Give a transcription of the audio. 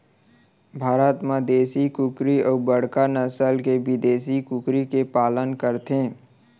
भारत म देसी कुकरी अउ बड़का नसल के बिदेसी कुकरी के पालन करथे